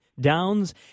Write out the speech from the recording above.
downs